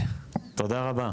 תודה רבה.